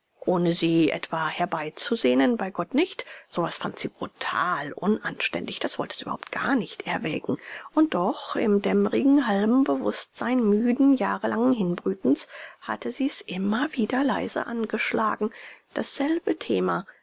ohne sie etwa herbeizusehnen bei gott nicht sowas fand sie brutal unanständig das wollte sie überhaupt garnicht erwägen und doch im dämmerigen halben bewußtsein müden jahrelangen hinbrütens hatte sie's immer wieder leise angeschlagen dasselbe thema